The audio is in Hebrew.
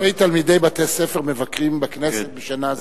אלפי תלמידי בתי-ספר מבקרים בכנסת בשנה זו.